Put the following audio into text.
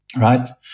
right